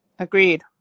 Agreed